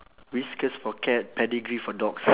whiskas for cat pedigree for dogs